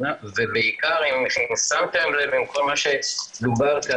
-- אם שמתם לב לכל מה שדובר כאן,